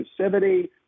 inclusivity